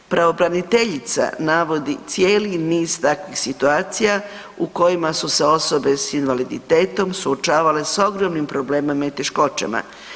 Pravobraniteljica navodi cijeli niz takvih situacija u kojima su se osobe s invaliditetom suočavale s ogromnim problemima i teškoćama.